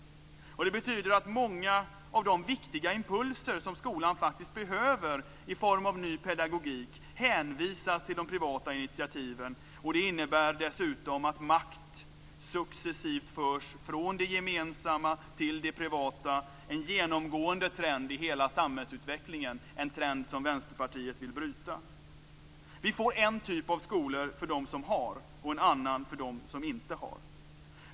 Det betyder att många av de viktiga impulser som skolan faktiskt behöver i form av ny pedagogik hänvisas till de privata initiativen. Det innebär dessutom att makt successivt förs från det gemensamma till det privata, en genomgående trend i hela samhällsutvecklingen, en trend som Vänsterpartiet vill bryta. Vi får en typ av skolor för dem som har och en annan för dem som inte har.